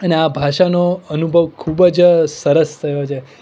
અને આ ભાષાનો અનુભવ ખૂબ જ સરસ થયો છે